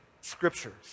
scriptures